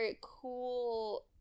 cool